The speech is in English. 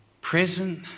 present